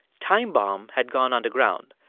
time bomb had gone underground.